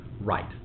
Right